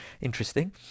interesting